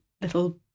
little